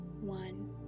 one